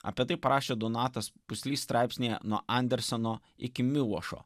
apie tai parašė donatas puslys straipsnyje nuo anderseno iki milošo